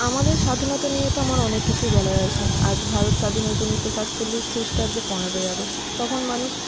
আমাদের স্বাধীনতা নিয়ে তো আমার অনেক কিছুই বলার আছে আজ ভারত স্বাধীন হয়েছে উনিশশো সাতচল্লিশ খ্রিস্টাব্দের পনেরোই আগস্ট তখন মানুষ